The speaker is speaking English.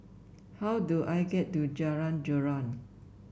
how do I get to Jalan Joran